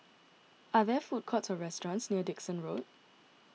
are there food courts or restaurants near Dickson Road